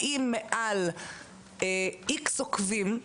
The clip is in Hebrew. האם מעל איקס עוקבים,